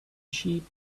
sheep